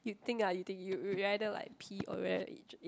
you think ah you think you you rather like pee or rather